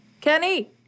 Kenny